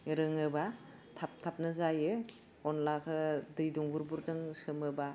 रोङोबा थाब थाबनो जायो अनलाखो दै दुंबुर बुरजों सोमोबा